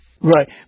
Right